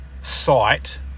site